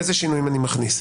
אילו שינויים אני מכניס.